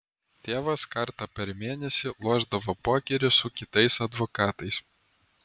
tėvas kartą per mėnesį lošdavo pokerį su kitais advokatais